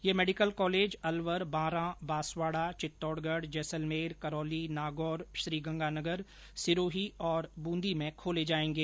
ये medical college Alwar Bara Banswara Chittorgarh Jaisalmer Karauli Nagaur Sriganganagar Sirohi और बूंदी में खोले जायेंगे